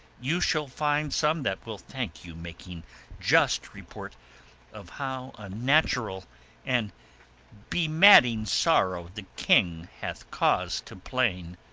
you shall find some that will thank you making just report of how unnatural and bemadding sorrow the king hath cause to plain.